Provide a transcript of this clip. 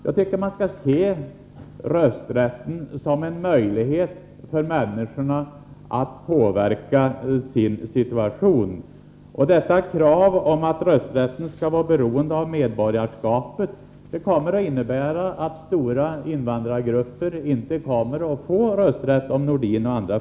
Jag tycker att man skall se rösträtten som en möjlighet för människorna att påverka sin situation. Om Sven-Erik Nordin och andra får som de vill och kravet uppfylls att rösträtten skall vara beroende av medborgarskapet även i fortsättningen, kommer stora invandrargrupper inte att få rösträtt.